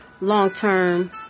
long-term